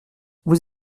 vous